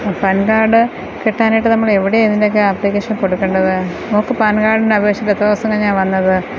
pan card കിട്ടാനായിട്ട് നമ്മൾ എവിടെയാ ഇതിൻ്റെയൊക്കെ ആപ്ലിക്കേഷൻ കൊടുക്കേണ്ടത് മോൾക്ക് പാൻ കാർഡിന് അപേക്ഷിച്ചിട്ട് എത്ര ദിവസം കഴിഞ്ഞാ വന്നത്